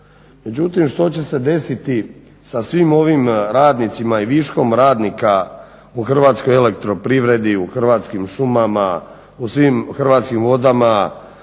Međutim što će se desiti sa svim ovim radnicima i viškom radnika u Hrvatskoj elektroprivredi, u Hrvatskim šumama, u Hrvatskim vodama,